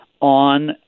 on